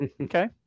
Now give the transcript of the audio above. okay